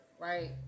Right